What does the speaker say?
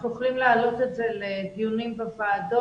אנחנו יכולים להעלות את זה לדיונים בוועדות